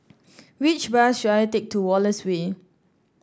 which bus should I take to Wallace Way